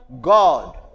God